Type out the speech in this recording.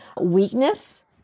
weakness